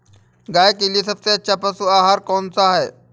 गाय के लिए सबसे अच्छा पशु आहार कौन सा है?